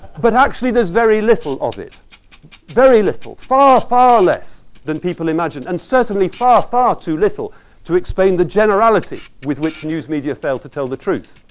but actually, there's very little of it very little. far, far less than people imagine and certainly far, far too little to explain the generality with which news media failed to tell the truths.